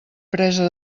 presa